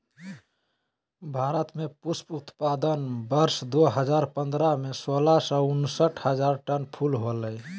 भारत में पुष्प उत्पादन वर्ष दो हजार पंद्रह में, सोलह सौ उनसठ हजार टन फूल होलय